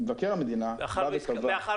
מאחר